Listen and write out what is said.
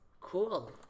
cool